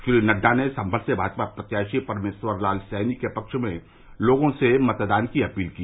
श्री नड्डा ने सम्मल से भाजपा प्रत्याशी परमेश्वर लाल सैनी के पक्ष में लोगों से मतदान की अपील की